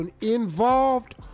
involved